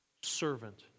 servant